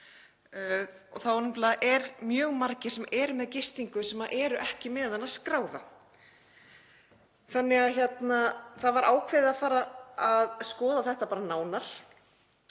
nefnilega mjög margir sem eru með gistingu sem eru ekki með hana skráða þannig að það var ákveðið að fara að skoða þetta nánar